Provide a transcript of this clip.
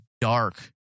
dark